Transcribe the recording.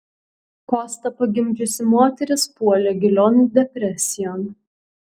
kostą pagimdžiusi moteris puolė gilion depresijon